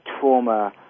trauma